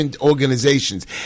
organizations